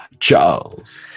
Charles